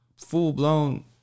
full-blown –